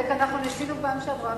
אנחנו ניסינו בפעם שעברה,